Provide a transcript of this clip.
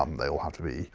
um they all have to be